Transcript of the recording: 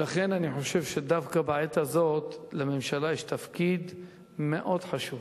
ולכן אני חושב שדווקא בעת הזאת לממשלה יש תפקיד מאוד חשוב: